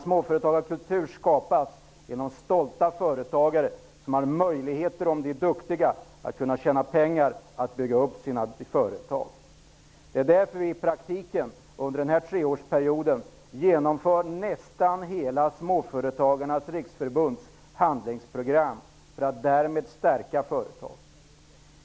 Småföretagarkultur skapas genom stolta företagare, som om de är duktiga har möjligheter att tjäna pengar och bygga upp sina företag. Det är därför som vi under denna treårsperiod i praktiken genomför nästan hela Småföretagarnas riksförbunds handlingsprogram för att stärka företagen.